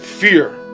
Fear